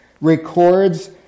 records